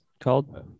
called